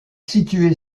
situé